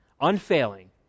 unfailing